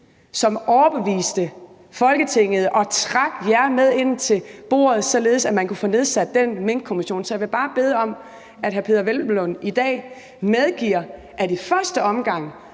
som overbeviste Folketinget og trak jer med ind til bordet, således at man kunne få nedsat den Minkkommission. Så jeg vil bare bede om, at hr. Peder Hvelplund i dag medgiver, at i første omgang